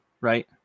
right